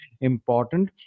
important